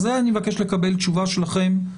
לזה אני מבקש לקבל תשובה שלכם.